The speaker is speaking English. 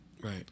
right